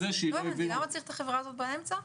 למה צריך את החברה הזאת באמצע?